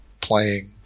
playing